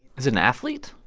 is it an athlete?